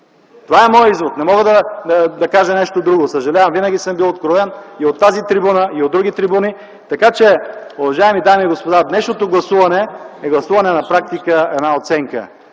Това е моят извод. Не мога да кажа нещо друго. Съжалявам, винаги съм бил откровен и от тази трибуна, и от други трибуни, така че, уважаеми дами и господа, днешното гласуване е гласуване на практика една оценка